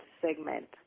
segment